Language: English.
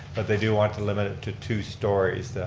but they do want to limit it to two stories,